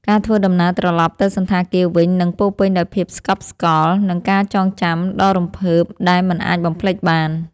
ការធ្វើដំណើរត្រឡប់ទៅសណ្ឋាគារវិញនឹងពោរពេញដោយភាពស្កប់ស្កល់ និងការចងចាំដ៏រំភើបដែលមិនអាចបំភ្លេចបាន។